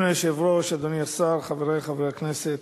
אדוני היושב-ראש, אדוני השר, חברי חברי הכנסת,